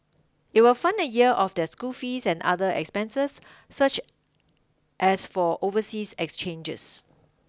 it will fund a year of their school fees and other expenses such as for overseas exchanges